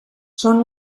són